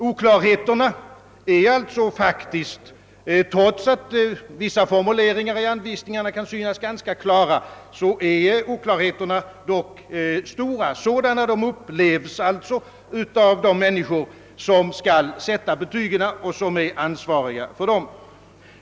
Oklarheterna är alltså, trots att vissa formuleringar i anvisningarna kan synas ganska tydliga, dock stora för de människor som skall sätta betygen och som är ansvariga för dem.